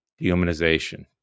dehumanization